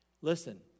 Listen